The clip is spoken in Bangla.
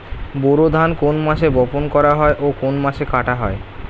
বোরো ধান কোন মাসে বপন করা হয় ও কোন মাসে কাটা হয়?